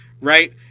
right